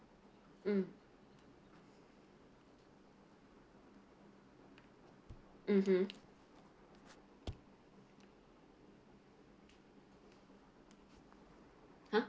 mm mmhmm !huh!